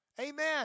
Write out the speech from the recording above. Amen